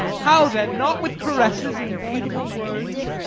how then? not with caresses and beautiful words?